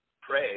pray